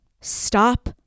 stop